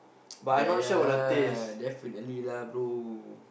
yeah yeah lah definitely lah bro